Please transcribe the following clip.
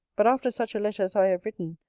but, after such a letter as i have written,